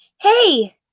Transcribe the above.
Hey